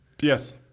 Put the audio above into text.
Yes